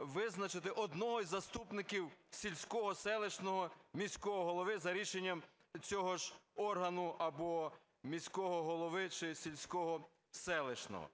визначити одного із заступників сільського, селищного, міського голови за рішенням цього ж органу або міського голови чи сільського, селищного.